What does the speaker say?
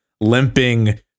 limping